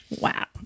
Wow